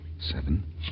Seven